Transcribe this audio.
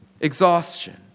Exhaustion